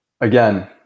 again